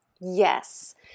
Yes